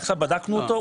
עכשיו בדקנו אותו,